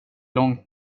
långt